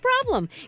problem